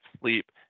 Sleep